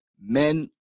men